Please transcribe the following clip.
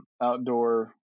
outdoor